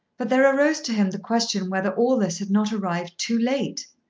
but there arose to him the question whether all this had not arrived too late!